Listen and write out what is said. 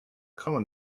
common